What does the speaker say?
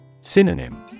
Synonym